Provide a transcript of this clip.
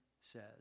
says